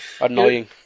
annoying